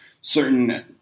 certain